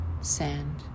sand